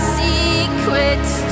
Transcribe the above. secrets